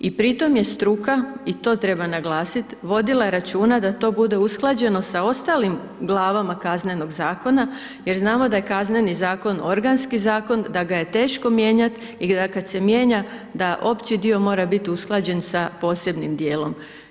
I pri tom je struka i to treba naglasit, vodila računa da to bude usklađeno sa ostalim glavama Kaznenog zakona jer znamo da je Kazneni zakon organski zakon da ga je teško mijenjat i kad se mijenja da opći dio mora biti usklađen sa posebnim dijelom.